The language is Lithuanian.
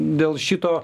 dėl šito